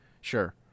Sure